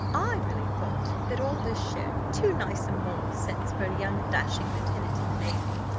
i really thought that all this showed too nice a moral sense for a young dashing lieutenant in the navy,